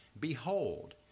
behold